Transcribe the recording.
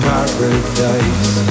Paradise